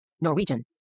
Norwegian